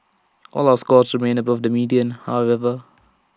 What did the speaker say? all our scores remain above the median however